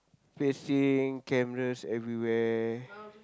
placing cameras everywhere